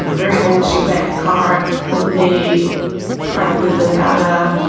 and very old chevette, a car that they practically live out of.